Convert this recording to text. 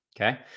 Okay